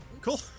Cool